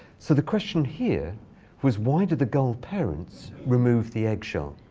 so the question here was, why did the gull parents remove the egg shell?